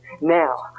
Now